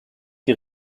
die